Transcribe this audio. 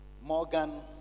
Morgan